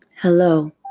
hello